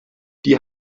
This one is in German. die